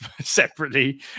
separately